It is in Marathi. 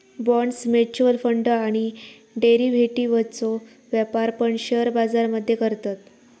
बॉण्ड्स, म्युच्युअल फंड आणि डेरिव्हेटिव्ह्जचो व्यापार पण शेअर बाजार मध्ये करतत